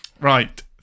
Right